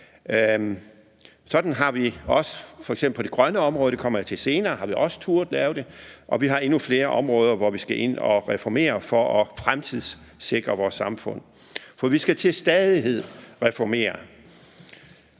Sådan er det også på det grønne område. Det kommer jeg til senere. Der har vi også turdet lave det, og vi har endnu flere områder, hvor vi skal ind og reformere for at fremtidssikre vores samfund. For vi skal til stadighed reformere,